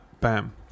bam